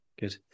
good